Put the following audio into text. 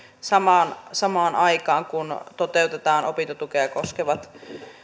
samaan samaan aikaan kun toteutetaan opintotukea koskevat